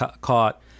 caught